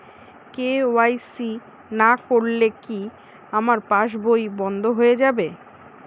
KYC না করলে কি আমার পাশ বই বন্ধ হয়ে যাবে?